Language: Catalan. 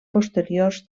posteriors